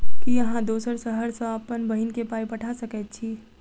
की अहाँ दोसर शहर सँ अप्पन बहिन केँ पाई पठा सकैत छी?